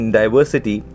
diversity